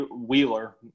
Wheeler